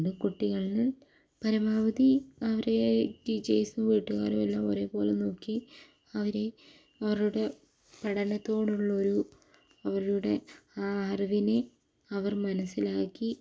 ഉണ്ട് കുട്ടികളിൽ പരമാവധി അവരെ ടീച്ചേഴ്സും വീട്ടുകാരും എല്ലാം ഒരേപോലെ നോക്കി അവരെ അവരുടെ പഠനത്തോടുള്ളൊരു അവരുടെ ആ അറിവിനെ അവർ മനസ്സിലാക്കി